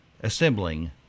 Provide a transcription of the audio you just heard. assembling